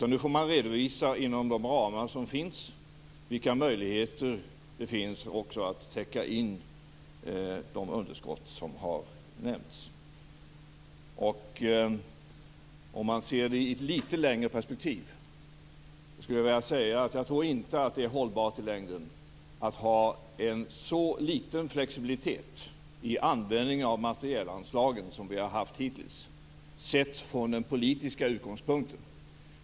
Nu får man i stället redovisa vilka möjligheter det finns att inom de befintliga ramarna täcka in de underskott som har nämnts. Om man ser det i ett litet längre perspektiv tror jag inte att det är hållbart i längden att ha en så liten flexibilitet i användningen av materielanslagen som vi har haft hittills, sett från politisk utgångspunkt.